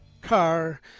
car